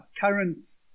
current